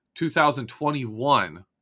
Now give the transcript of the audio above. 2021